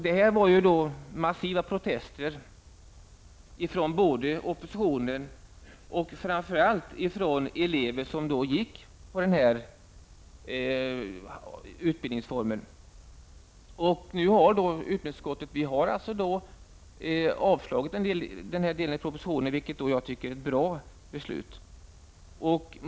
Det var massiva protester från både oppositionen och framför allt de elever som har valt den här utbildningsformen. I utbildningsutskottet har vi avstyrkt denna del av propositionen, vilket jag tycker är bra.